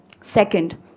Second